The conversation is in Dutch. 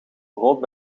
brood